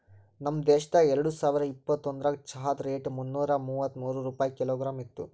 ನಮ್ ದೇಶದಾಗ್ ಎರಡು ಸಾವಿರ ಇಪ್ಪತ್ತೊಂದರಾಗ್ ಚಹಾದ್ ರೇಟ್ ಮುನ್ನೂರಾ ಮೂವತ್ಮೂರು ರೂಪಾಯಿ ಕಿಲೋಗ್ರಾಮ್ ಇತ್ತು